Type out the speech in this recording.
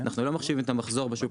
ואנחנו לא מחשיבים את המחזור בשוק